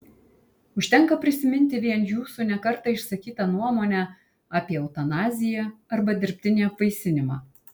užtenka prisiminti vien jūsų ne kartą išsakytą nuomonę apie eutanaziją arba dirbtinį apvaisinimą